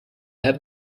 have